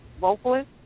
vocalist